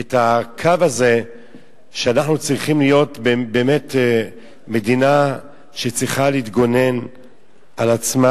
את הקו הזה שאנחנו צריכים להיות באמת מדינה שצריכה לגונן על עצמה,